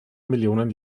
millionen